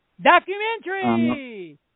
documentary